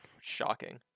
shocking